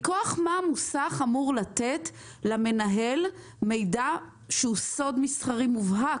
מכוח מה מוסך אמור לתת למנהל מידע שהוא סוד מסחרי מובהק?